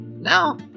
No